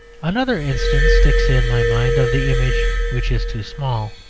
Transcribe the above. another instance sticks in my mind of the image which is too small.